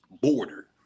border